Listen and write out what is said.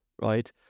right